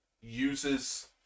uses